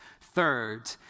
Third